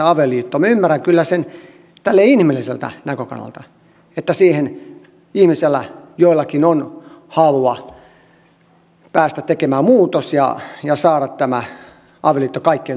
minä ymmärrän kyllä sen näin inhimilliseltä näkökannalta että siihen joillakin ihmisillä on halua päästä tekemään muutos ja saada tämä avioliitto kaikkien ulottuville